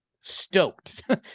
stoked